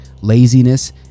laziness